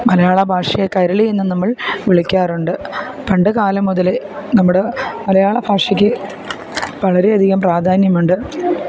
മലയാള ഭാഷയെ കൈരളി എന്നും നമ്മൾ വിളിക്കാറുണ്ട് പണ്ട് കാലം മുതൽ നമ്മുടെ മലയാള ഭാഷയ്ക്ക് വളരെയധികം പ്രാധാന്യമുണ്ട്